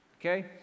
Okay